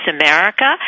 America